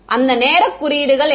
அந்த நேரக் குறியீடுகள் என்ன